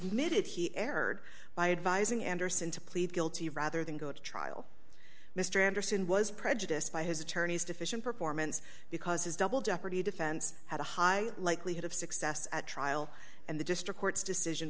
erred by advising andersen to plead guilty rather than go to trial mr anderson was prejudiced by his attorneys deficient performance because his double jeopardy defense had a high likelihood of success at trial and the district court's decision